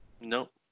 Nope